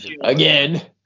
Again